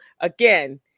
again